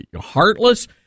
heartless